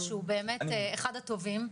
אני לא מצליחה להבין.